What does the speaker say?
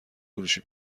فروشی